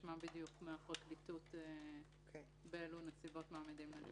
ותשמע בדיוק מהפרקליטות באלו נסיבות מעמידים לדין.